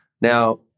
Now